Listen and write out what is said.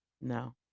No